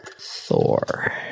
thor